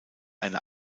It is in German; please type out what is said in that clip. eine